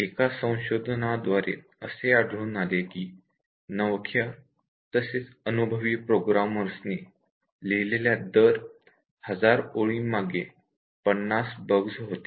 एका संशोधनाद्वारे असे आढळून आले की नवख्या तसेच अनुभवी प्रोग्रामर्सनी लिहिलेल्या दर 1000 ओळींमागे 50 बग्स होत्या